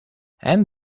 and